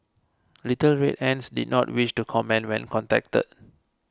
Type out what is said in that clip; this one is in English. Little Red Ants did not wish to comment when contacted